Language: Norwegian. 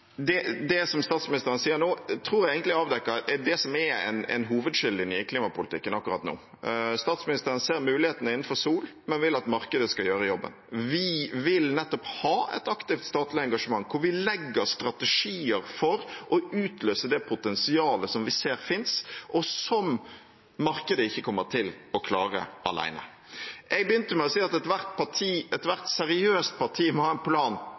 det som statsministeren sier nå, tror jeg egentlig avdekker det som er en hovedskillelinje i klimapolitikken akkurat nå. Statsministeren ser muligheten innenfor sol, men vil at markedet skal gjøre jobben. Vi vil nettopp ha et aktivt statlig engasjement, hvor vi legger strategier for å utløse det potensialet som vi ser fins, og som markedet ikke kommer til å klare alene. Jeg begynte med å si at ethvert seriøst parti må ha en plan